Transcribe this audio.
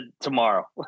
tomorrow